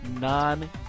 non